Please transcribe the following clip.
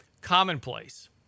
commonplace